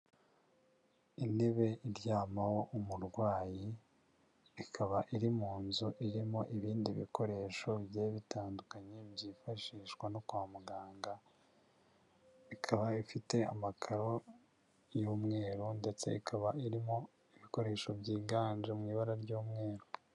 Intebe iryamaho umurwayi ikaba iri mu nzu irimo ibindi bikoresho bigiye bitandukanye byifashishwa no kwa muganga ikaba ifite amakaro y'umweru ndetse ikaba irimo ibikoresho byiganje mu ibara ry'umweru.